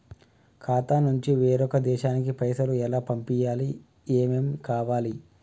ఖాతా నుంచి వేరొక దేశానికి పైసలు ఎలా పంపియ్యాలి? ఏమేం కావాలి?